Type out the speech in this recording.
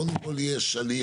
קודם כל יש הליך,